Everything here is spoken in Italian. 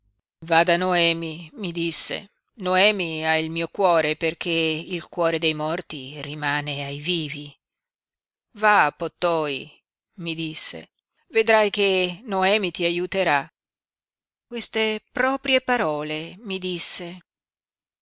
noemi mi disse noemi ha il mio cuore perché il cuore dei morti rimane ai vivi va pottoi mi disse vedrai che noemi ti aiuterà queste proprie parole mi disse